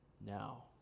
now